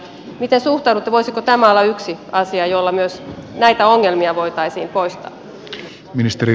miten suhtaudutte voisiko tämä olla yksi asia jolla myös näitä ongelmia voitaisiin poistaa